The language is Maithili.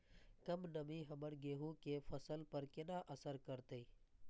कम नमी हमर गेहूँ के फसल पर केना असर करतय?